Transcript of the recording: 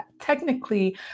technically